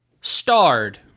starred